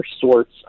sorts